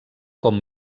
com